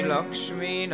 Lakshmi